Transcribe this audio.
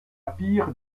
pire